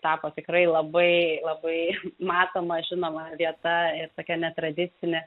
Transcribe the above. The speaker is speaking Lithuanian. tapo tikrai labai labai matoma žinoma vieta ir tokia netradicinė